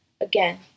Again